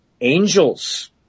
angels